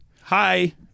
Hi